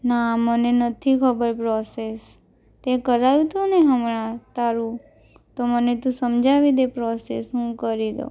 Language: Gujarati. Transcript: ના મને નથી ખબર પ્રોસેસ તે કરાવ્યું હતું ને હમણાં તારું તો મને તું સમજાવી દે પ્રોસેસ હું કરી દઉં